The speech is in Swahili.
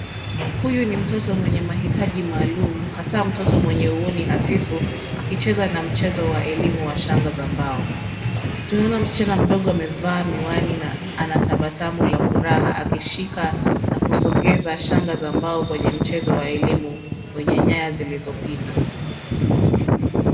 Huyu ni mtoto mwenye maitaji maalum hasa mtoto mwenye uoni hafifu akicheza na mchezo wa elimu wa shanga za mbao. Tunaona msichana mdogo amevaa miwani ana tabasamu la furaha akishika na kusogesha shanga za mbao kwenye mchezo wa elimu wenye nyaya zilizopinda.